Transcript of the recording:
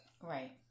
Right